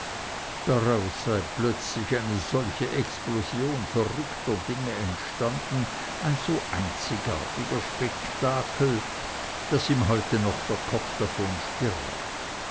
daraus sei plötzlich eine solche explosion verrückter dinge entstanden ein so einziges spektakel daß ihm heute noch der kopf davon